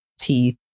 teeth